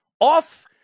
off